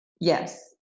Yes